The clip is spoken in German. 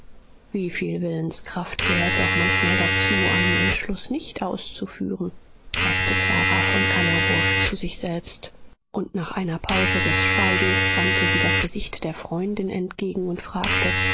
herzlich wieviel willenskraft gehört doch manchmal dazu einen entschluß nicht auszuführen sagte clara von kannawurf zu sich selbst und nach einer pause des schweigens wandte sie das gesicht der freundin entgegen und fragte